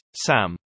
Sam